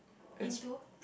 into